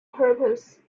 purpose